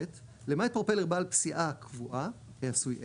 למעט פרופלר בעל פסיעה קבועה העשוי עץ,